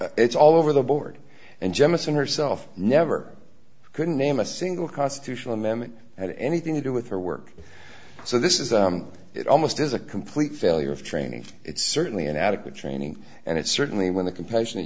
have it's all over the board and jemison herself never couldn't name a single constitutional amendment had anything to do with her work so this is it almost is a complete failure of training it's certainly inadequate training and it certainly when the compassion